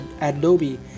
Adobe